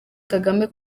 kagame